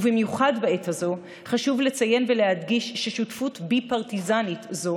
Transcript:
במיוחד בעת הזאת חשוב לציין ולהדגיש ששותפות ביפרטיזנית זו